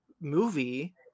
movie